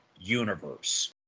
universe